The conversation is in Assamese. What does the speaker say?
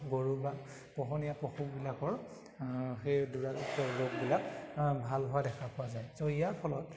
গৰু বা পোহনীয়া পশুবিলাকৰ সেই দুৰাৰোগ্য ৰোগবিলাক ভাল হোৱা দেখা পোৱা যায় ছ' ইয়াৰফলত